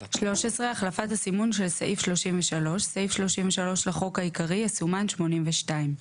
החלפת הסימון של סעיף 33 13. סעיף 33 לחוק העיקרי יסומן "82".